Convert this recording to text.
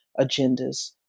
agendas